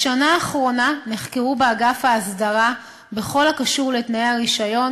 בשנה האחרונה נחקרו באגף ההסדרה בכל הקשור לתנאי הרישיון